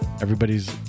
everybody's